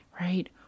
right